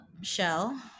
shell